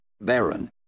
Baron